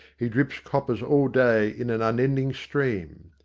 he drips coppers all day in an unending stream.